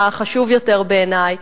החשוב ביותר בעיני,